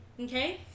okay